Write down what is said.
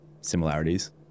similarities